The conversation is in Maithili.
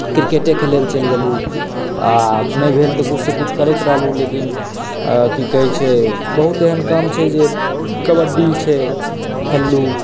क्रिकेटे खेलय लए चलि गेलहुँ आ नहि भेल तऽ कुछसँ कुछ करैत रहलहुँ लेकिन की कहैत छै बहुत एहन काम छै जे कबड्डी छै खेललहुँ